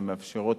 המאפשרות